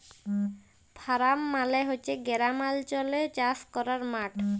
farm মালে হছে গেরামালচলে চাষ ক্যরার মাঠ